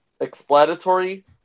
explanatory